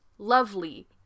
lovely